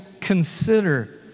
consider